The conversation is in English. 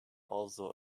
also